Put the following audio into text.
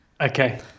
okay